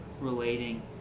relating